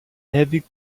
heavy